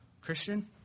Christian